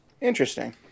Interesting